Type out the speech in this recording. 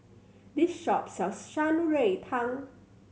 this shop sells Shan Rui Tang